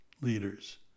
leaders